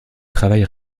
travaille